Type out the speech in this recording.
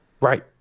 Right